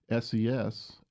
SES